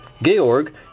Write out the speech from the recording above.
Georg